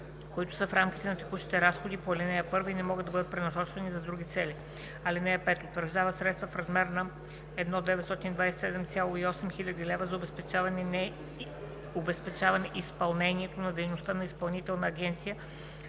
които са в рамките на текущите разходи по ал. 1 и не могат да бъдат пренасочвани за други цели. (5) Утвърждава средства в размер на 1 927,8 хил. лв. за обезпечаване изпълнението на дейността на Изпълнителна агенция